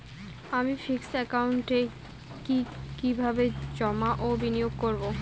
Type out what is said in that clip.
আমি ফিক্সড একাউন্টে কি কিভাবে জমা ও বিনিয়োগ করব?